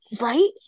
Right